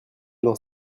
dans